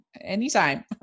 Anytime